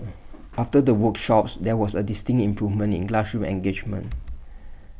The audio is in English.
after the workshops there was A distinct improvement in classroom engagement